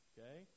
Okay